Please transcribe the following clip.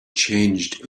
changed